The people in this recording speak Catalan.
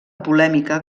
polèmica